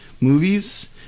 movies